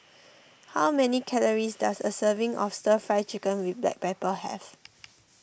how many calories does a serving of Stir Fry Chicken with Black Pepper have